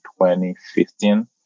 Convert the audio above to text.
2015